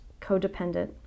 codependent